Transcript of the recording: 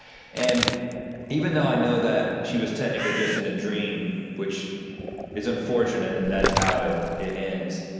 and even though i know that she was technically just in a dream, which is unfortunate that that's how it it ends,